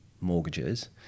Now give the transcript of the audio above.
mortgages